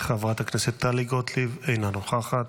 חברת הכנסת טלי גוטליב, אינה נוכחת,